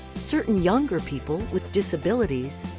certain younger people with disabilities,